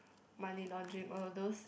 money laundering or those